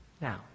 now